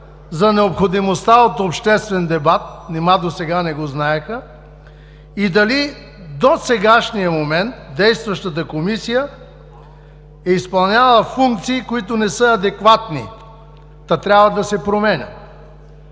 за необходимостта от обществен дебат – нима досега не го знаеха, и дали до сегашния момент действащата Комисия е изпълнявала функции, които не са адекватни, та трябва да се променят?